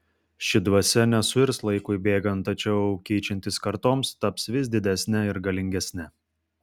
ši dvasia nesuirs laikui bėgant tačiau keičiantis kartoms taps vis didesne ir galingesne